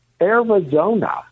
Arizona